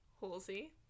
Halsey